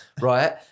right